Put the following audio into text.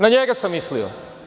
Na njega sam milio.